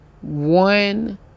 one